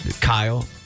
Kyle